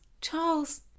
Charles